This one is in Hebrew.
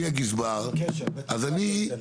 הגזבר, אז אני,